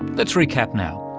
let's recap now.